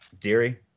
Deary